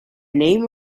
name